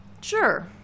sure